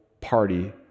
party